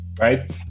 right